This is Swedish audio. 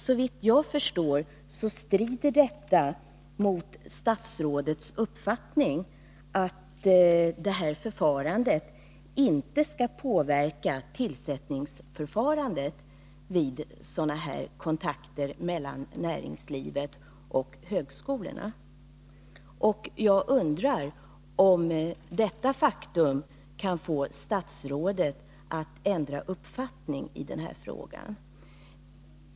Såvitt jag förstår strider detta mot statsrådets uppfattning att sådana kontakter mellan näringslivet och högskolorna inte skall påverka tillsättningsförfarandet. Jag undrar om detta faktum kan få statsrådet att ändra uppfattning i frågan.